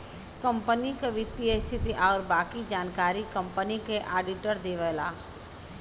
company क वित्तीय स्थिति आउर बाकी जानकारी कंपनी क आडिटर देवला